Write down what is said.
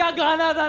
ah gonna